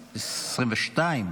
22),